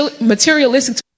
materialistic